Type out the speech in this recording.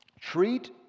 Treat